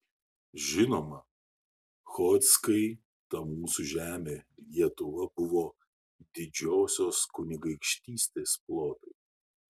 žinoma chodzkai ta mūsų žemė lietuva buvo didžiosios kunigaikštystės plotai